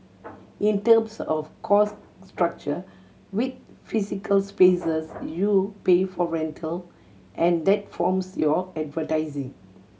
in terms of cost structure with physical spaces you pay for rental and that forms your advertising